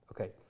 Okay